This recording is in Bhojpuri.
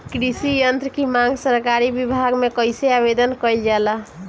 कृषि यत्र की मांग सरकरी विभाग में कइसे आवेदन कइल जाला?